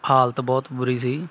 ਹਾਲਤ ਬਹੁਤ ਬੁਰੀ ਸੀ